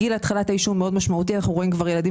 גיל התחלת העישון מאוד משמעותי ואנחנו רואים ילדים